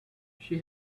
she